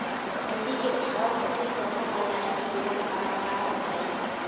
मंडी के भाव खातिर कवनो ऑनलाइन सुविधा बा का बताई?